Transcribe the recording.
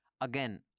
Again